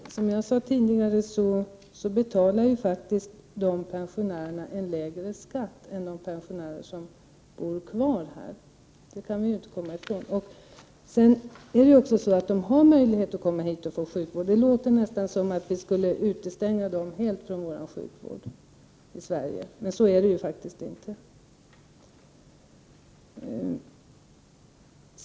Som jag sade tidigare betalar faktiskt utlandspensionärerna en lägre skatt än de som bor kvar i Sverige — det kan vi inte komma ifrån. De har ju också möjlighet att komma hit och få sjukvård. Det lät nästan som om vi helt skulle utestänga dem från sjukvård i Sverige. Men så är det ju faktiskt inte.